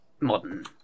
modern